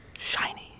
Shiny